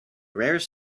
rarest